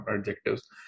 adjectives